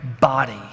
body